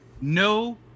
no